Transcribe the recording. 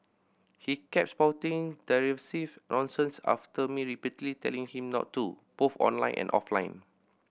he kept spouting derisive nonsense after me repeatedly telling him not to both online and offline